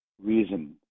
reason